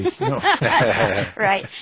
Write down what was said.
Right